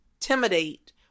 intimidate